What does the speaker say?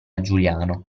giuliano